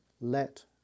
let